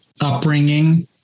upbringing